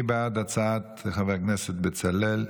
מי בעד הצעת חבר הכנסת בצלאל?